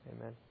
Amen